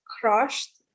crushed